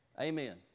Amen